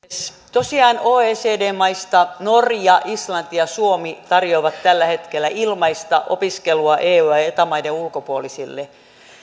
tosiaan oecd maista norja islanti ja suomi tarjoavat tällä hetkellä ilmaista opiskelua eu ja eta maiden ulkopuolisille